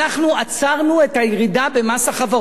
אנחנו עצרנו את הירידה במס החברות,